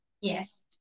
Yes